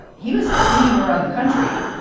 he was pinging around the country,